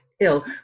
ill